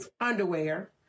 underwear